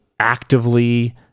actively